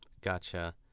Gotcha